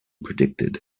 predicted